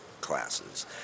classes